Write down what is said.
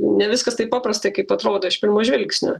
ne viskas taip paprasta kaip atrodo iš pirmo žvilgsnio